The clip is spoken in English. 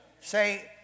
Say